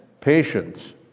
Patience